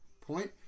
point